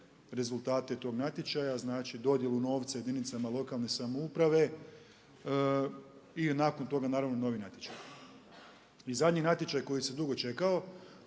rezultate tog natječaja, znači dodjelu novca jedinicama lokalne samouprave i nakon toga naravno novi natječaj. I zadnji natječaj koji je dugo čekao,